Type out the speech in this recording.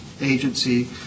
agency